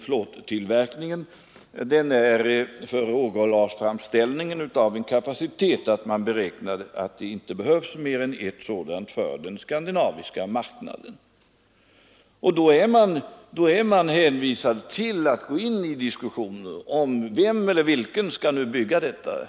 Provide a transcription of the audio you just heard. Floattillverkningen ger för råglasframställningen en sådan kapacitet att man beräknar att det inte behövs mer än ett verk för den skandinaviska marknaden, och då är man hänvisad till att gå in i diskussioner om vem eller vilka som skall bygga detta.